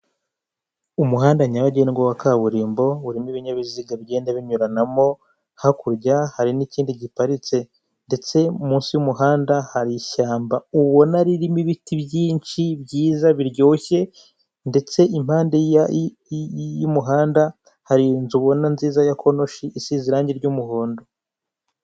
Umuhanda nyabagendwa wa kaburimbo, urimo ibinyabiziga bigenda binyuranamo, hakurya hari n'ikindi giparitse ndetse munsi y'umuhanda hari ishyamba ubona ririmo ibiti byinshi, byiza, biryoshye ndetse impande y'umuhanda hari inzu ubona nziza ya konoshi, isize irangi ry'umuhondo.